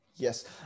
Yes